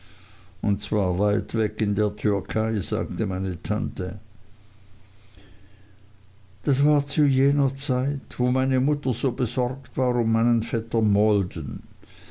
und zwar weit weg in der türkei sagte meine tante das war zu jener zeit wo meine mutter so besorgt war um meinen vetter maldon